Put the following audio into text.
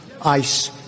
ice